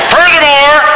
Furthermore